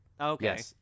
Okay